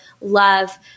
love